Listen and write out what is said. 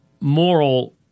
moral